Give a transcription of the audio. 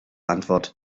antwort